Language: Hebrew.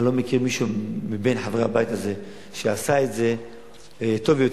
אני לא מכיר מישהו מבין חברי הבית הזה שעשה את זה טוב יותר.